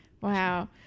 Wow